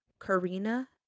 Karina